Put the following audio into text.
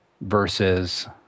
versus